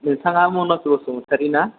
नोंथाङा मनज बसुमतारि ना